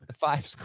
Five